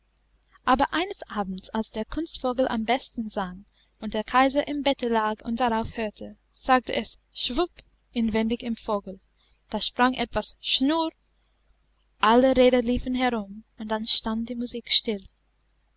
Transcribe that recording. aber eines abends als der kunstvogel am besten sang und der kaiser im bette lag und darauf hörte sagte es schwupp inwendig im vogel da sprang etwas schnurrrr alle räder liefen herum und dann stand die musik still